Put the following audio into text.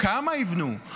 כמה יבנו,